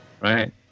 Right